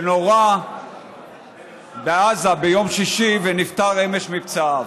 שנורה בעזה ביום שישי, ונפטר אמש מפצעיו.